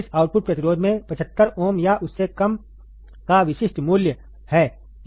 इस आउटपुट प्रतिरोध में 75 ओम या उससे कम का विशिष्ट मूल्य है